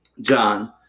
John